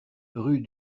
rue